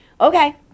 Okay